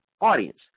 audience